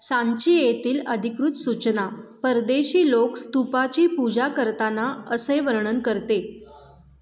सांची येतील अधिकृत सूचना परदेशी लोक स्तूपाची पूजा करताना असे वर्णन करते